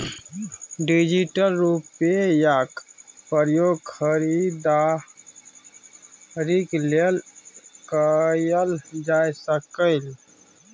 digital रुपैयाक प्रयोग खरीदारीक लेल कएल जा सकैए